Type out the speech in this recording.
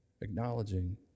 acknowledging